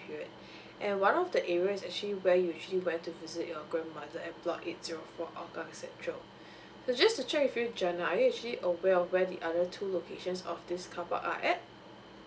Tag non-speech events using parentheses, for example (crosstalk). and one of the area is actually where you actually went to visit your grandmother at block eight zero four hougang central (breath) so just to check with you jenna are you actually aware of where the other two locations of this carpark are at